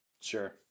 Sure